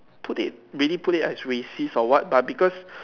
put it really put it as racist or what but because